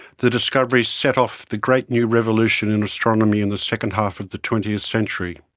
the discovery set off the great new revolution in astronomy in the second half of the twentieth century.